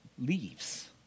leaves